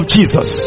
Jesus